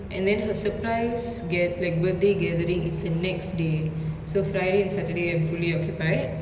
and then her surprise gat~ like birthday gathering is the next day so friday and saturday I'm fully occupied